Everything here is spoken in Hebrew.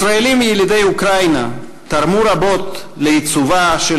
ישראלים ילידי אוקראינה תרמו רבות לעיצובה של